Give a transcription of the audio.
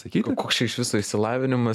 sakyko koks čia išsilavinimas